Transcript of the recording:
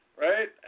right